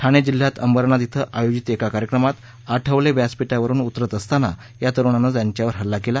ठाणे जिल्ह्यात अंबरनाथ श्वे आयोजित एका कार्यक्रमात आठवले व्यासपीठावरुन उतरत असताना या तरुणानं त्यांच्यावर हल्ला केला